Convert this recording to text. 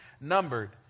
numbered